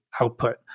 output